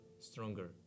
stronger